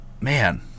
man